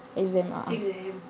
exam ah